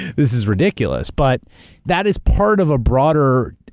this is ridiculous. but that is part of a broader,